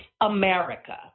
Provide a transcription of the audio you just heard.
America